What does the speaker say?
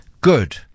good